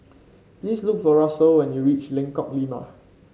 please look for Russel when you reach Lengkong Lima